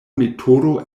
metodo